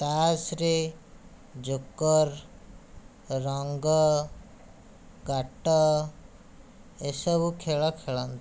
ତାସ୍ ରେ ଜୋକର ରଙ୍ଗ କାଟ ଏସବୁ ଖେଳ ଖେଳନ୍ତି